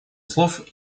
слов